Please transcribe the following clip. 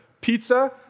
Pizza